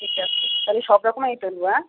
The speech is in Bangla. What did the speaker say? ঠিক আছে তাহলে সব রকমই তুলব অ্যাঁ